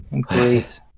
Great